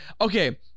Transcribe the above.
Okay